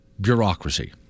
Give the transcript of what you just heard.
bureaucracy